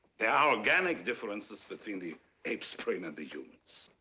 there are organic differences between the ape's brain and the human's.